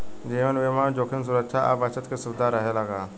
जीवन बीमा में जोखिम सुरक्षा आ बचत के सुविधा रहेला का?